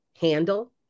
handle